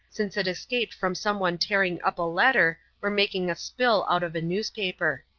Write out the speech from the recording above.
since it escaped from someone tearing up a letter or making a spill out of a newspaper.